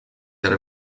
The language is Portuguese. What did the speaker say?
era